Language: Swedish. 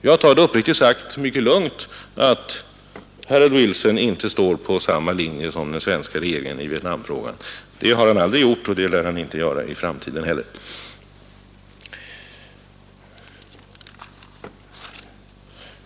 Uppriktigt sagt tar jag det mycket lugnt att Harold Wilson i Vietnamfrågan inte står på samma linje som den svenska regeringen. Det har han aldrig gjort, och det lär han inte heller komma att göra i framtiden.